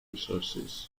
resources